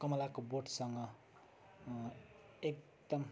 कमलाको बोटसँग एकदम